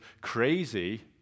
crazy